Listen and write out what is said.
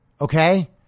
Okay